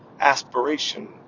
Aspiration